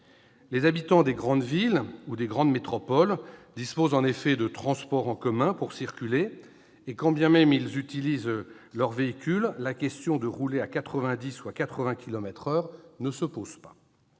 Les habitants des grandes villes ou des grandes métropoles disposent en effet de transports en commun pour circuler et, quand bien même ils utilisent leur véhicule, la question de rouler à 90 ou à 80 kilomètres par heure ne se pose pas.